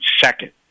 second